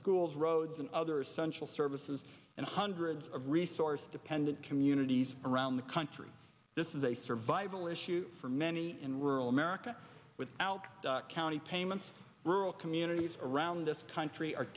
schools roads and other essential services and hundreds of resource dependent communities around the country this is a survival issue for many in rural america with out county payments rural communities around this country are